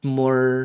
more